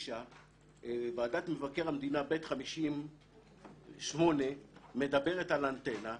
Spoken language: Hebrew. ועדת מבקר המדינה ב/50/8 מדברת על אנטנה.